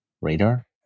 radar